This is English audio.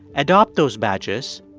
adopt those badges,